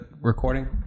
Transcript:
recording